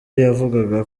yavugaga